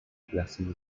blessing